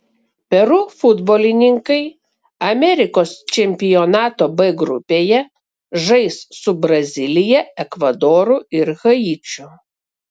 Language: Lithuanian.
peru futbolininkai amerikos čempionato b grupėje žais su brazilija ekvadoru ir haičiu